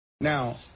Now